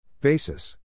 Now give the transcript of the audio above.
Basis